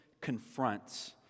confronts